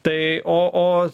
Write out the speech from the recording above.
tai o o